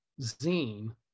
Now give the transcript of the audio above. zine